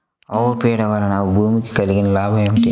ఆవు పేడ వలన భూమికి కలిగిన లాభం ఏమిటి?